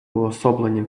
уособлення